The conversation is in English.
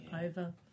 over